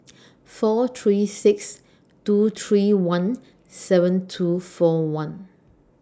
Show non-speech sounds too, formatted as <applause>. <noise> four three six two three one seven two four one